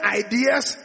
ideas